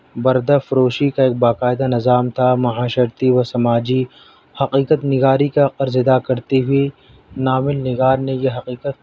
بردہ فروشی کا باقاعدہ نظام تھا معاشرتی و سماجی حقیقت نگاری کا قرض ادا کرتی ہوئی ناول نگار نے یہ حقیقت